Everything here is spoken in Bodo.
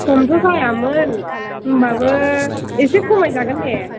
खमथ' जायामोन होम्बाबो एसे खमाय जागोन दे